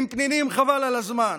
חבל על הזמן: